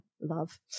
love